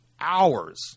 hours